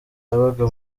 yabaga